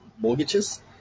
mortgages